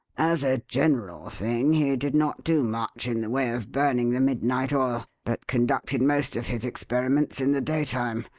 as a general thing, he did not do much in the way of burning the midnight oil, but conducted most of his experiments in the daytime.